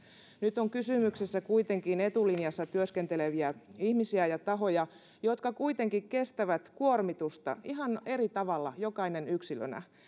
nyt on kysymyksessä kuitenkin etulinjassa työskenteleviä ihmisiä ja tahoja jotka kuitenkin kestävät kuormitusta ihan eri tavalla jokainen yksilönä